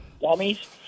dummies